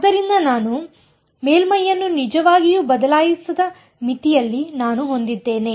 ಆದ್ದರಿಂದ ನಾನು ಮೇಲ್ಮೈಯನ್ನು ನಿಜವಾಗಿಯೂ ಬದಲಾಯಿಸದ ಮಿತಿಯಲ್ಲಿ ನಾನು ಹೊಂದಿದ್ದೇನೆ